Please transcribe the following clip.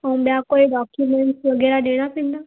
ऐं ॿिया कोई डॉक्यूमेंट वग़ैरह ॾियणा पवंदा